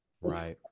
Right